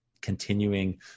continuing